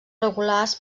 regulars